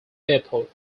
airport